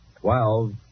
twelve